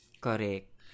Correct